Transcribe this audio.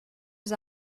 yüz